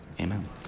Amen